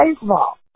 baseball